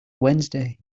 wednesday